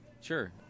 Sure